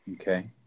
Okay